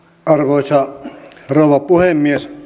arvoisa rouva puhemies